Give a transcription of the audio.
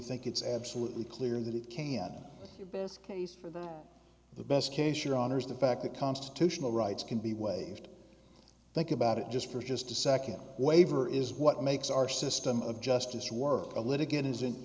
think it's absolutely clear that it can your best case for that the best case your honors the fact that constitutional rights can be waived think about it just for just a second waiver is what makes our system of justice work a litigant is i